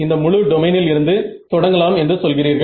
இந்த முழு டொமைனில் இருந்து தொடங்கலாம் என்று சொல்கிறீர்கள்